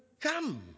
come